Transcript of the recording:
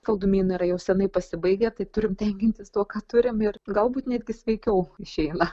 saldumynai yra jau senai pasibaigę tai turim tenkintis tuo ką turim ir galbūt netgi sveikiau išeina